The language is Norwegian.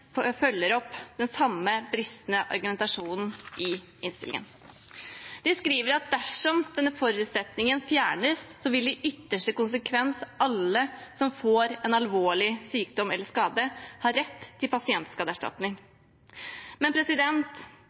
følger opp den samme bristende argumentasjonen i innstillingen. De skriver: «Dersom denne forutsetningen fjernes, vil i ytterste konsekvens alle som får en alvorlig sykdom eller skade, ha rett til pasientskadeerstatning.» Men